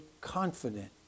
confident